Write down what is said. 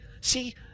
see